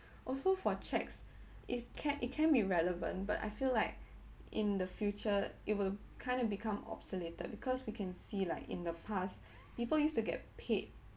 also for cheques it's can it can be relevant but I feel like in the future it will kind of become obsolete because we can see like in the past people used to get paid